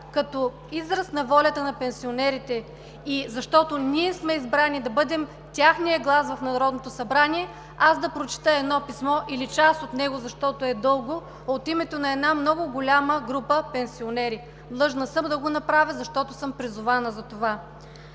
като израз на волята на пенсионерите и защото ние сме избрани да бъдем техният глас в Народното събрание, да прочета едно писмо или част от него, защото е дълго, от името на много голяма група пенсионери. Длъжна съм да го направя, защото съм призована за това.